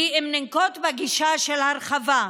היא אם ננקוט גישה של הרחבה.